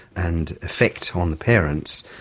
and effect on the parents.